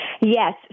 Yes